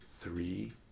three